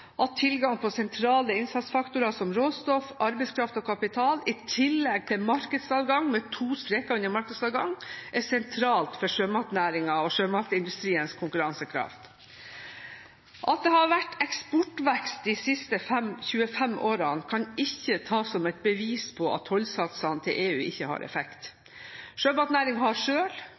at tilgang på sentrale innsatsfaktorer som råstoff, arbeidskraft og kapital i tillegg til markedsadgang – med to streker under markedsadgang – er sentralt for sjømatnæringens og sjømatindustriens konkurransekraft. At det har vært eksportvekst de siste 25 årene, kan ikke tas som et bevis på at tollsatsene til EU ikke har effekt. Sjømatnæringen har